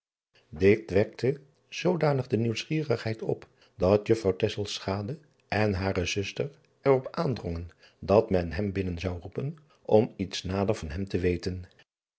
it wekte zoodanig de nieuwsgierigheid op dat uffrouw en driaan oosjes zn et leven van illegonda uisman hare zuster er op aandrongen dat men hem binnen zou roepen om iets nader van hem te weten